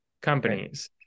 companies